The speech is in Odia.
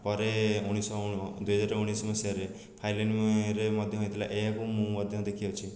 ପରେ ଉଣେଇଶହ ଦୁଇହଜାର ଉଣେଇଶହ ମସିହାରେ ଫାଇଲିନ୍ରେ ମଧ୍ୟ ହେଇଥିଲା ଏହାକୁ ମୁଁ ମଧ୍ୟ ଦେଖିଅଛି